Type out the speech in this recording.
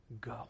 go